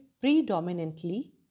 predominantly